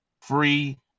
free